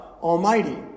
Almighty